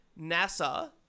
NASA